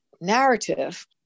narrative